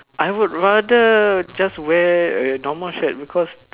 I would rather just wear a normal shirt because